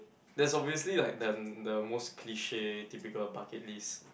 there's obviously like the the most cliche typical bucket list